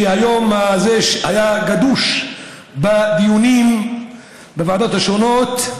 שהיום הזה היה גדוש בדיונים בוועדות השונות.